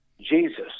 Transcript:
Jesus